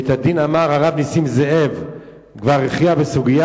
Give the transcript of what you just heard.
בית-הדין אמר: הרב נסים זאב כבר הכריע בסוגיה,